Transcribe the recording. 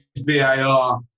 VAR